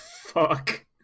Fuck